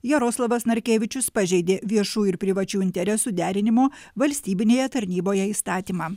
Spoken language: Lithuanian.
jaroslavas narkevičius pažeidė viešųjų ir privačių interesų derinimo valstybinėje tarnyboje įstatymą